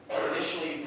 Initially